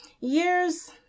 years